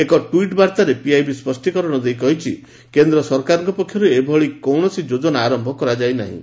ଏକ ଟ୍ୱିଟ୍ ବାର୍ତ୍ତାରେ ପିଆଇବି ସ୍ୱଷ୍ଟୀକରଣ ଦେଇ କହିଛି କେନ୍ଦ୍ର ସରକାରଙ୍କ ପକ୍ଷରୁ ଏଭଳି କୌଣସି ଯୋଜନା ଆରମ୍ଭ କରାଯାଇ ନାହିଁ